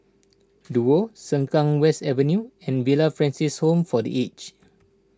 Duo Sengkang West Avenue and Villa Francis Home for the Aged